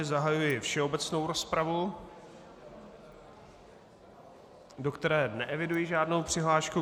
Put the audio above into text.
Zahajuji všeobecnou rozpravu, do které neeviduji žádnou přihlášku.